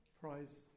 Prize